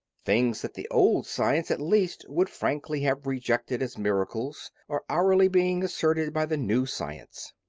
things that the old science at least would frankly have rejected as miracles are hourly being asserted by the new science.